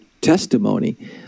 testimony